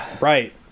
Right